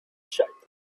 shape